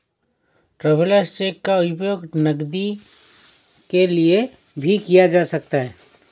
travellers cheque का उपयोग नकदी के लिए भी किया जा सकता है